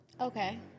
Okay